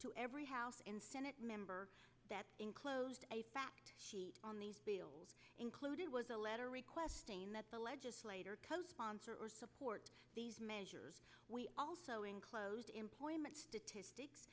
to every house and senate member that enclosed a fact sheet on these bills included was a letter requesting that the legislator co sponsor or support these measures we also enclosed employment statistics